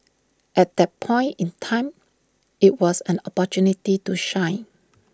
at that point in time IT was an opportunity to shine